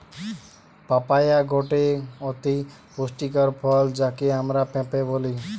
papaya গটে অতি পুষ্টিকর ফল যাকে আমরা পেঁপে বলি